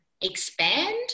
expand